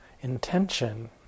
intention